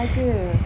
saja